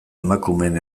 emakumeen